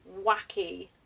wacky